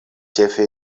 ĉefe